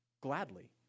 gladly